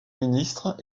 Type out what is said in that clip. ministre